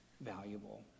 valuable